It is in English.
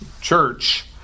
church